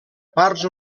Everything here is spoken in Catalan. parts